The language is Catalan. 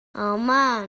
home